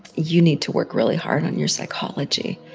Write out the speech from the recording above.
you need to work really hard on your psychology.